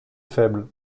faible